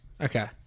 Okay